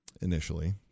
initially